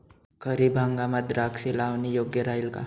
खरीप हंगामात द्राक्षे लावणे योग्य राहिल का?